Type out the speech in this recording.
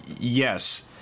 yes